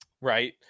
Right